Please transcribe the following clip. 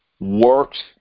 works